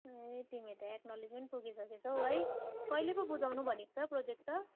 ए तिमी त एकनलेजमेन्ट पुगि सकेछौँ है कहिले पो बुझाउनु भनेको छ प्रजेक्ट त